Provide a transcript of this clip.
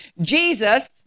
Jesus